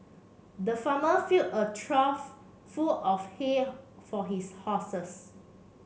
the farmer filled a trough full of hay for his horses